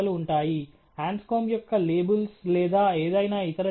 ఇతర విధానం ఇది చాలా విరుద్ధమైనది ఇక్కడ మనము డేటాపై ఆధారపడినంతగా శాస్త్రంపై ఆధారపడము